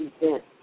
event